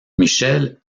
michel